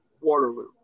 Waterloo